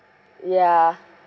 ya